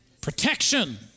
protection